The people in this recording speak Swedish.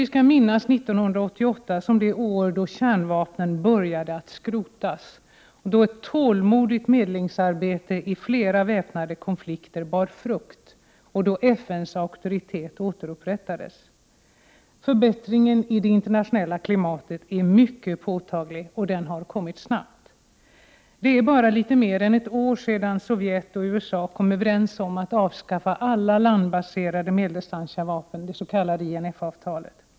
Vi skall minnas 1988 som det år då kärnvapen började att skrotas, då ett tålmodigt medlingsarbete i flera väpnade konflikter bar frukt, och då FN:s auktoritet återupprättades. Förbättringen i det internationella klimatet är mycket påtaglig, och den har kommit snabbt. Det är bara litet mer än ett år sedan Sovjetunionen och USA kom överens om att avskaffa alla landbaserade medeldistanskärnvapen, det s.k. INF avtalet.